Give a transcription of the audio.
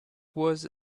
was